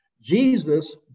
Jesus